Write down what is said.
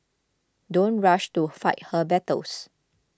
don't rush to fight her battles